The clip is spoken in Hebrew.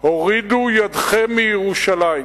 הורידו ידכם מירושלים,